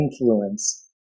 influence